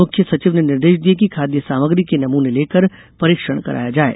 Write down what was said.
मुख्य सचिव ने कहा कि निर्देश दिए कि खादय सामग्री के नमूने लेकर परीक्षण कराया जाये